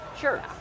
Sure